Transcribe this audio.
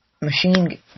machine